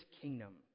kingdom